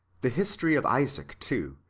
the history of isaac, too,